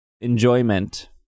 enjoyment